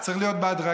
זה צריך להיות בהדרגה,